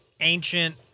ancient